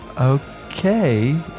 Okay